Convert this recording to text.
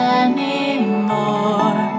anymore